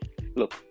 look